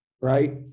right